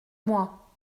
moi